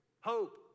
hope